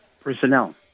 personnel